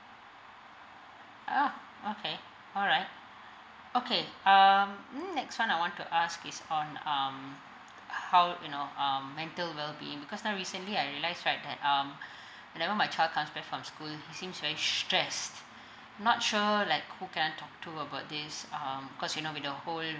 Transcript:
uh okay alright okay um mm next one I want to ask is on um how you know um mental wellbeing because I recently I realise right that um whenever my child comes back from school he seems very stressed not sure like who can I talk to about this um cause you know when the whole